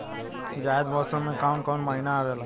जायद मौसम में काउन काउन महीना आवेला?